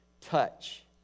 touch